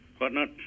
whatnot